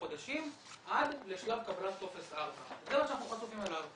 חודשים עד לשלב קבלת טופס 4. זה מה שאנחנו חשופים אליו.